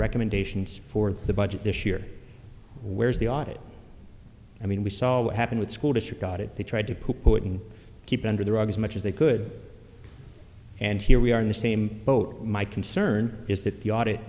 recommendations for the budget this year whereas the audit i mean we saw what happened with school district got it they tried to put in keep it under the rug as much as they could and here we are in the same boat my concern is that the audit